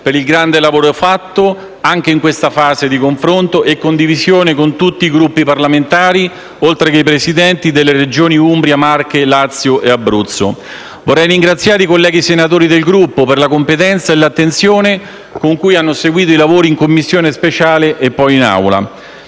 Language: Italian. per il grande lavoro fatto anche in questa fase di confronto e condivisione con tutti i Gruppi parlamentari, oltre che i Presidenti delle Regioni Umbria, Marche, Lazio e Abruzzo. Vorrei ringraziare infine i colleghi senatori del Gruppo per la competenza e l'attenzione con cui hanno seguito i lavori in Commissione speciale e poi in